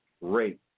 rate